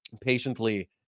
patiently